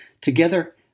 together